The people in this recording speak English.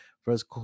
first